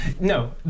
No